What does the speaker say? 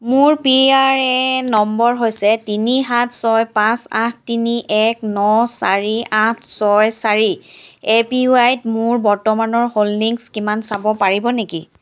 মোৰ PRAN number হৈছে তিনি সাত ছয় পাঁচ আঠ তিনি এক ন চাৰি আঠ ছয় চাৰি এপিৱাইত মোৰ বৰ্তমানৰ হোল্ডিংছ কিমান চাব পাৰিব নেকি